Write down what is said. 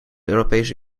europese